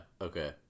Okay